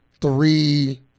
three